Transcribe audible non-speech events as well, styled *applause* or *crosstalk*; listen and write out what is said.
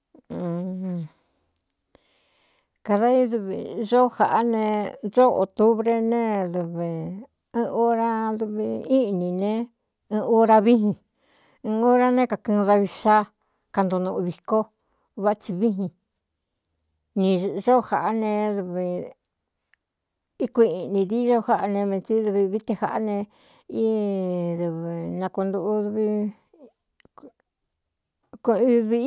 *hesitation* kada dvoó jāꞌá ne ntóꞌo otubre né v uradvi íꞌnī ne ɨ ura víjin ɨɨn ora ne kākɨɨn davi xaa kanto nuꞌu vikó váts víin ni óó jaꞌá ne v íkuiꞌiꞌnī diño jáꞌa ne metsī í dɨvi vií te jāꞌá ne dɨv na kuntuꞌukdvi